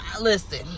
listen